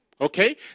okay